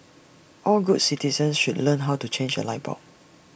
all good citizens should learn how to change A light bulb